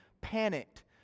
panicked